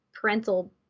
parental